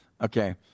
Okay